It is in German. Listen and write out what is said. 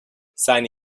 seine